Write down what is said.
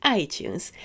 iTunes